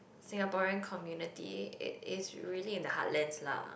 Singaporean community it is really in the Heartlands la